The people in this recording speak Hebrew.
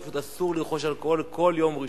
פשוט אסור לרכוש אלכוהול כל יום ראשון.